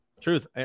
Truth